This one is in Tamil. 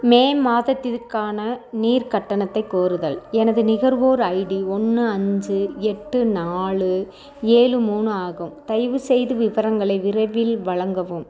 மே மாதத்திற்கான நீர் கட்டணத்தை கோருதல் எனது நுகர்வோர் ஐடி ஒன்று அஞ்சு எட்டு நாலு ஏழு மூணு ஆகும் தயவுசெய்து விவரங்களை விரைவில் வழங்கவும்